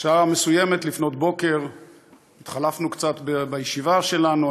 בשעה מסוימת לפנות בוקר התחלפנו קצת בישיבה שלנו,